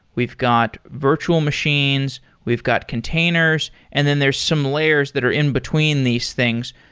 we've got virtual machines. we've got containers. and then there are some layers that are in between these things.